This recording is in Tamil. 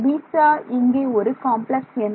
β இங்கே ஒரு காம்ப்ளக்ஸ் எண்